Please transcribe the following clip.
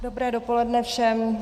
Dobré dopoledne všem.